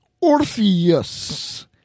Orpheus